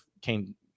came